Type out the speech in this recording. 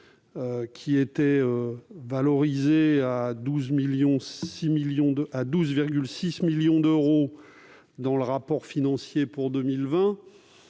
qui était valorisé à 12,6 millions d'euros dans le rapport financier pour 2020.